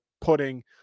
putting